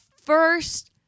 first